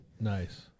nice